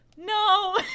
No